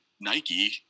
nike